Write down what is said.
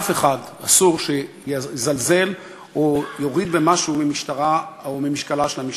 אף אחד אסור שיזלזל או יוריד במשהו מהמשטרה או ממשקלה של המשטרה.